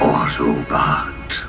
Autobot